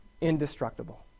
indestructible